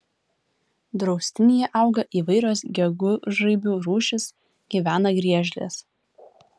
draustinyje auga įvairios gegužraibių rūšys gyvena griežlės